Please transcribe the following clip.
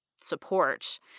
support